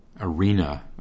arena